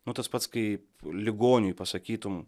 nu tas pats kai ligoniui pasakytum